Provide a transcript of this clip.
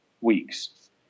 weeks